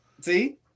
See